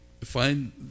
find